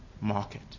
market